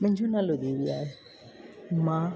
मुंहिंजो नालो दिव्या आहे मां